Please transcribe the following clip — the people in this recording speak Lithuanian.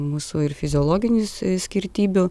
mūsų ir fiziologinių skirtybių